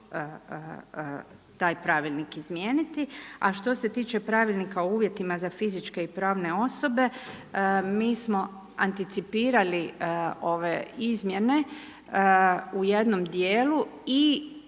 taj pravilnik izmijeniti. A što se tiče pravilnika o uvjetima o fizičkim i pravne osobe, mi smo anticipirali ove izmjene u jednom djelu i